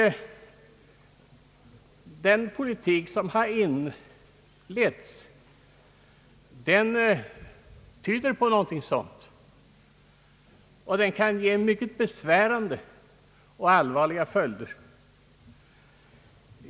Den politik som har inletts tyder på något sådant och kan medföra mycket besvärande följder.